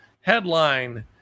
Headline